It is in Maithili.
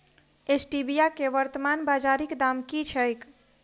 स्टीबिया केँ वर्तमान बाजारीक दाम की छैक?